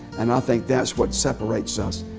and i think that's what separates us.